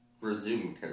resume